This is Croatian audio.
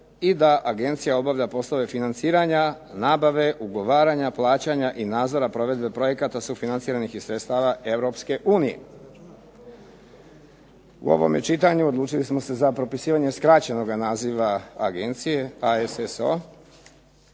i da agencija obavlja poslove financiranja, nabave, ugovaranja, plaćanja i nadzora provedbe projekata sufinanciranih iz sredstava Europske unije. U ovome čitanju odlučili smo se za propisivanje skraćenoga naziva agencije ASSO.